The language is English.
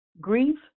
Grief